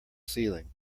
ceiling